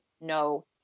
no